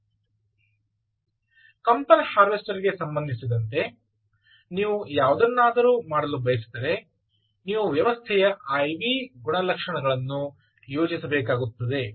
ಆದ್ದರಿಂದ ಕಂಪನ ಹಾರ್ವೆಸ್ಟರ್ ಗೆ ಸಂಬಂಧಿಸಿದಂತೆ ನೀವು ಯಾವುದನ್ನಾದರೂ ಮಾಡಲು ಬಯಸಿದರೆ ನೀವು ವ್ಯವಸ್ಥೆಯ IV ಗುಣಲಕ್ಷಣವನ್ನು ಯೋಜಿಸಬೇಕಾಗುತ್ತದೆ